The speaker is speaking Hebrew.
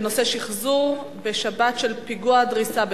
בנושא: שחזור בשבת של פיגוע הדריסה בתל-אביב,